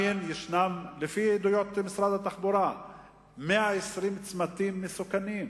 לפי עדויות משרד התחבורה עדיין יש 120 צמתים מסוכנים.